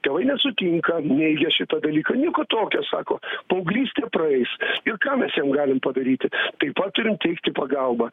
tėvai nesutinka neigia šitą dalyką nieko tokio sako paauglystė praeis ir ką mes jam galim padaryti taip pat turim teikti pagalbą